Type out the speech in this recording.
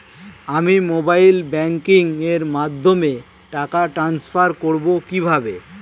আমি mobile banking এর মাধ্যমে টাকা টান্সফার করব কিভাবে?